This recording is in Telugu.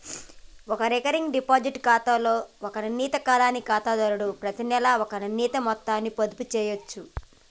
రికరింగ్ డిపాజిట్ ఖాతాలో ఒక నిర్ణీత కాలానికి ఖాతాదారుడు ప్రతినెలా ఒక నిర్ణీత మొత్తాన్ని పొదుపు చేయచ్చు